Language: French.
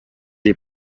est